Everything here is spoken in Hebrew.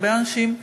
הרבה אנשים,